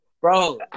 bro